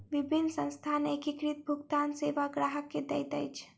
विभिन्न संस्थान एकीकृत भुगतान सेवा ग्राहक के दैत अछि